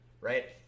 right